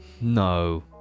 no